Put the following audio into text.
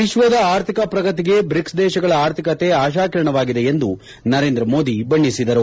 ವಿಶ್ವದ ಆರ್ಥಿಕ ಪ್ರಗತಿಗೆ ಬ್ರಿಕ್ಪ್ ದೇಶಗಳ ಅರ್ಥಿಕತೆ ಆಶಾಕಿರಣವಾಗಿದೆ ಎಂದು ನರೇಂದ್ರ ಮೋದಿ ಬಣ್ಣಿಸಿದರು